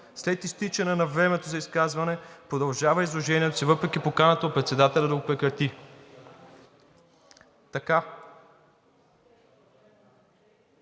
след изтичане на времето за изказване продължава изложението си въпреки поканата от председателя да го прекрати.“